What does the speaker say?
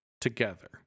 together